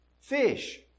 Fish